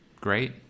Great